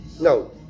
No